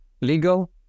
legal